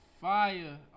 fire